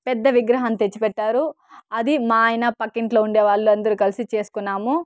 పెద్ద విగ్రహం తెచ్చిపెట్టారు అది మా ఆయన పక్కింట్లో ఉండే వాళ్ళందరూ కలిసి చేస్కున్నాము